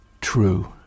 true